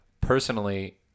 personally